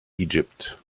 egypt